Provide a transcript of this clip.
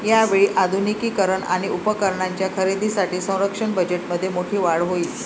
यावेळी आधुनिकीकरण आणि उपकरणांच्या खरेदीसाठी संरक्षण बजेटमध्ये मोठी वाढ होईल